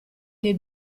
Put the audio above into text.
dei